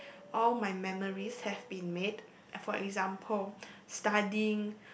all my memories have been made uh for example studying